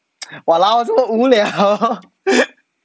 !walao! 这么无聊